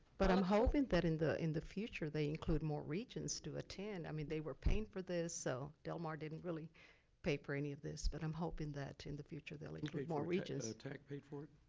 but i'm hoping that in the in the future, they include more regents to attend. i mean they were paying for this so del mar didn't really pay for any of this. but i'm hoping that in the future they'll include more regents. who paid for it,